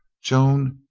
joan!